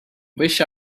wish